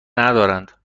ندارند